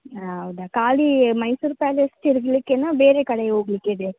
ಹಾಂ ಹೌದಾ ಖಾಲಿ ಮೈಸೂರು ಪ್ಯಾಲೇಸ್ ತಿರುಗ್ಲಿಕ್ಕೇನಾ ಬೇರೆ ಕಡೆ ಹೋಗ್ಲಿಕ್ಕಿದೆ